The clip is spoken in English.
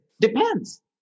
depends